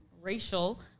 racial